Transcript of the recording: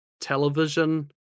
television